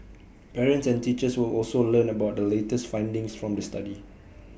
parents and teachers will also learn about the latest findings from the study